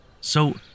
So